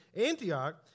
antioch